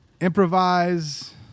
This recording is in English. improvise